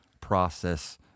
process